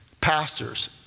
pastors